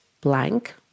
blank